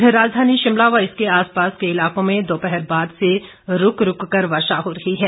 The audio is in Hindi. इधर राजधानी शिमला व इसके आसपास के इलाकों में दोपहर बाद से रूक रूक कर वर्षा हो रही है